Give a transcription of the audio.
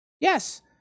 Yes